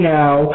now